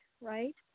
right